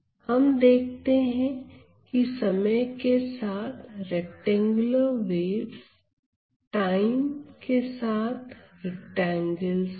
हम देखते हैं कि समय के साथ रैक्टेंगुलर वेव्स टाइम के साथ रैक्टेंगलस है